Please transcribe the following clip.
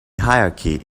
hierarchy